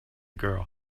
girl